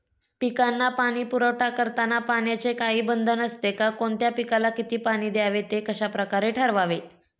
पिकांना पाणी पुरवठा करताना पाण्याचे काही बंधन असते का? कोणत्या पिकाला किती पाणी द्यावे ते कशाप्रकारे ठरवावे?